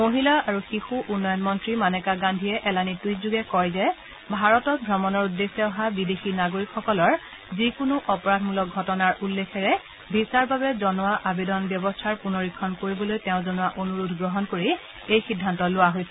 মহিলা আৰু শিশু উন্নয়ন মন্ত্ৰী মানেকা গান্ধীয়ে এলানি টুইটযোগে কয় যে ভাৰতত ভ্ৰমণৰ উদ্দেশ্যে অহা বিদেশী নাগৰিকসকলৰ যিকোনো অপৰাধমূলক ঘটনাৰ উল্লেখেৰে ভিছাৰ বাবে জনোৱা আবেদন ব্যৱস্থাৰ পুনৰীক্ষণ কৰিবলৈ তেওঁ জনোৱা অনুৰোধ গ্ৰহণ কৰি এই সিদ্ধান্ত লোৱা হৈছে